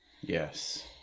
Yes